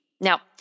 Now